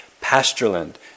pastureland